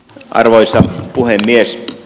arvoisa puhemies